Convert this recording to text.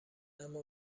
اما